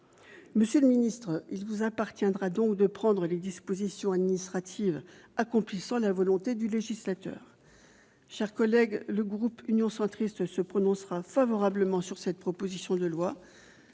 Monsieur le ministre, il vous appartiendra donc de prendre les dispositions administratives accomplissant la volonté du législateur. Mes chers collègues, le groupe Union Centriste se prononcera favorablement sur cette proposition de loi